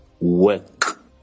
work